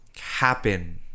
happen